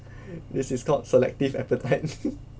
this is called selective appetite